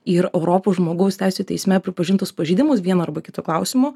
ir europos žmogaus teisių teisme pripažintus pažeidimus vienu arba kitu klausimu